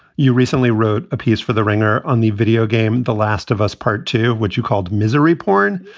you recently wrote a piece for the ringer on the video game, the last of us part two, which you called misery porn.